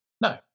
No